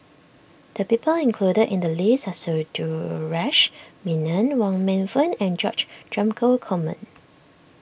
the people included in the list are Sundaresh Menon Wong Meng Voon and George Dromgold Coleman